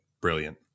brilliant